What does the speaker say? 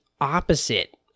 opposite